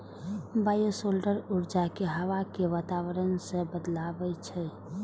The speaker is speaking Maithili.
बायोशेल्टर ऊर्जा कें हवा के वातावरण सं बदलै छै